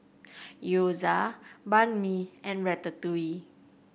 Gyoza Banh Mi and Ratatouille